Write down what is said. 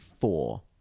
four